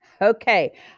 Okay